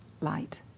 light